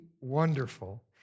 wonderful